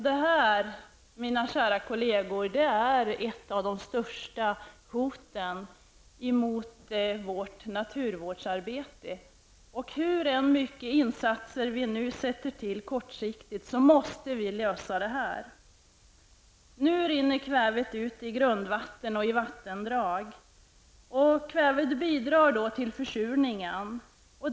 Detta, mina kära kolleger, är ett av de stora hoten mot vårt naturvårdsarbete. Hur stora insatser vi än sätter in på kort sikt, måste vi lösa detta. Nu rinner kvävet ut till grundvatten och vattendrag. Kvävet bidrar till försurningen.